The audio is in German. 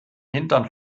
hintern